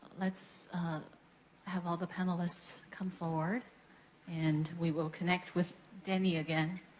let's have all the panelists come forward and we will connect with danny again.